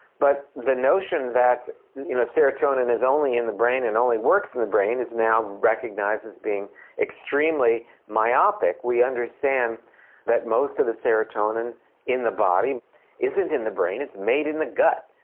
but the notion that you know serotonin is only in the brain and only works in the brain is now recognised as being extremely myopic. we understand that most of the serotonin in the body isn't in the brain, it's made in the gut.